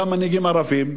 גם מנהיגים ערבים,